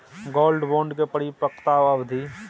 Gold bond के परिपक्वता अवधि?